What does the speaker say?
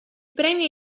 premio